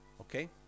Okay